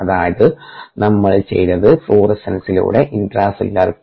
അതായത് നമ്മൾ ചെയ്തത് ഫ്ലൂറസെൻസിലൂടെ ഇൻട്രാസെല്ലുലാർ പി